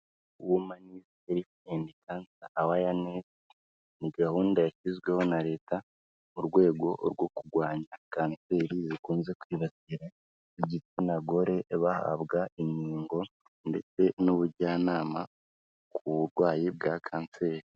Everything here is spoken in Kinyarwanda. Women's Health and Cancer Awareness ni gahunda yashyizweho na Leta mu rwego rwo kurwanya kanseri zikunze kwibasira igitsina gore, bahabwa inkingo ndetse n'ubujyanama ku burwayi bwa kanseri.